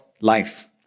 life